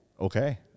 Okay